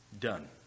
Done